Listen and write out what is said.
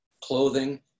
clothing